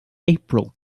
april